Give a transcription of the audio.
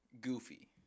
goofy